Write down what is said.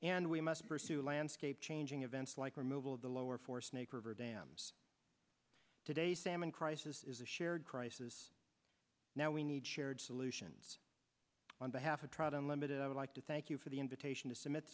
and we must pursue landscape changing events like removal of the lower four snake river dams today salmon crisis is a shared crisis now we need shared solutions on behalf of trout unlimited i would like to thank you for the invitation to submit